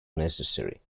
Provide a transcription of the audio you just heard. necessary